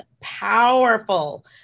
powerful